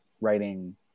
writing